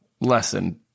lesson